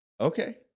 Okay